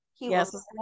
yes